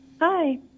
Hi